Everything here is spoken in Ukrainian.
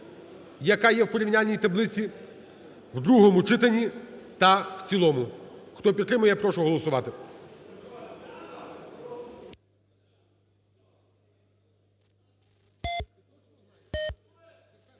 яка є в порівняльній таблиці, в другому читанні та в цілому. Хто підтримує, я прошу голосувати.